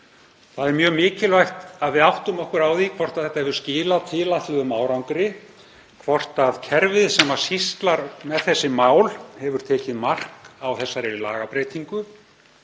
Það er mjög mikilvægt að við áttum okkur á því hvort þetta hafi skilað tilætluðum árangri, hvort kerfið sem sýslar með þessi mál hafi tekið mark á þessari lagabreytingu